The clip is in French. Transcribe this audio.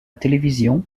télévision